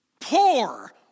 poor